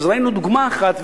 ראינו דוגמה אחת,